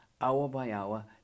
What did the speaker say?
hour-by-hour